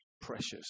precious